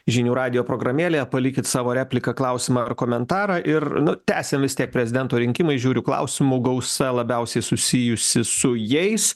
žinių radijo programėlėje palikit savo repliką klausimą ar komentarą ir nu tęsiam vis tiek prezidento rinkimai žiūriu klausimų gausa labiausiai susijusi su jais